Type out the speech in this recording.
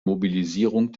mobilisierung